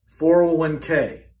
401k